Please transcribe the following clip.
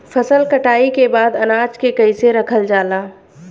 फसल कटाई के बाद अनाज के कईसे रखल जाला?